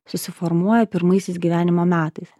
susiformuoja pirmaisiais gyvenimo metais